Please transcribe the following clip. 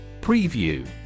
Preview